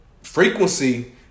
frequency